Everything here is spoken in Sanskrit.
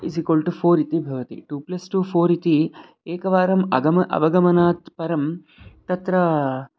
इज़िकोल्टु फ़ोरिति भवति टू प्लस् टू फ़ोरिति एकवारं अगम अवगमनात् परं तत्र